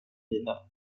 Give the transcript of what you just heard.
mina